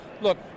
Look